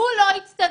הוא לא הצטנן,